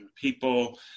people